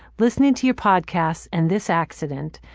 listening to your podcast, and this accident,